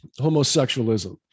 homosexualism